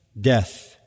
death